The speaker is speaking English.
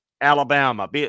Alabama